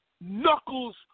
knuckles